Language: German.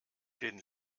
den